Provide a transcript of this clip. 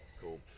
cool